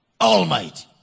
Almighty